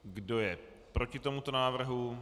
Kdo je proti tomuto návrhu?